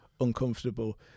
uncomfortable